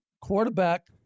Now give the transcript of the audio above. quarterback